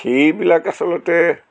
সেইবিলাক আচলতে